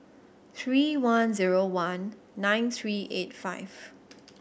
three one zero one nine three eight five